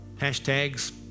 hashtags